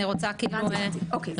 אני רוצה לדעת מה המשמעות של זה כי אני